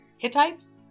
Hittites